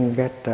get